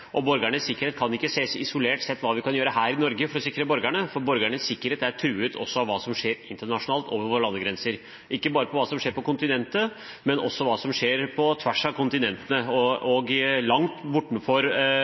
gjelder borgernes sikkerhet, kan man ikke se isolert på hva man her i Norge kan gjøre for å sikre borgerne, for borgernes sikkerhet er truet også av hva som skjer internasjonalt, utover våre landegrenser – ikke bare det som skjer på kontinentet, men også det som skjer på tvers av kontinentene, langt bortenfor